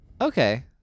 Okay